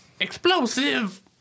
explosive